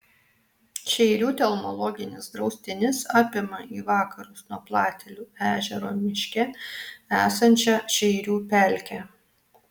šeirių telmologinis draustinis apima į vakarus nuo platelių ežero miške esančią šeirių pelkę